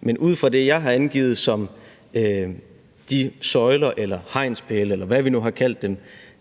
Men ud fra det, jeg har angivet som de søjler, hegnspæle, eller hvad vi nu har kaldt dem,